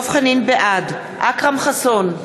בעד אכרם חסון,